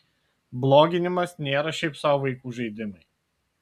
bloginimas nėra šiaip sau vaikų žaidimai